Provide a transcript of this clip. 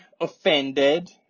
offended